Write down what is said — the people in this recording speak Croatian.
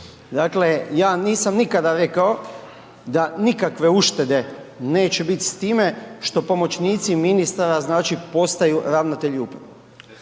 Dakle, ja nisam nikada rekao da nikakve uštede neće biti s time što pomoćnici ministara znači postaju ravnatelji uprava,